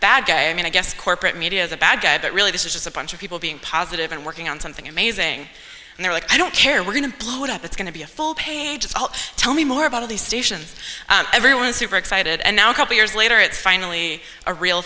bad guy i mean i guess corporate media is a bad guy but really this is a bunch of people being positive and working on something amazing and they're like i don't care we're going to blow it up it's going to be a full page fault tell me more about of these stations everyone super excited and now couple years later it's finally a real